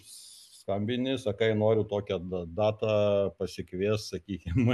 skambini sakai noriu tokia data pasikviest sakykim